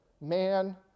man